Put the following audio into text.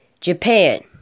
Japan